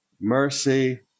mercy